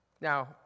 Now